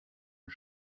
und